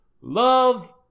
Love